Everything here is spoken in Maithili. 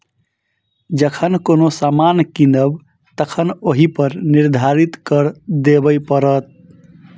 जखन कोनो सामान कीनब तखन ओहिपर निर्धारित कर देबय पड़त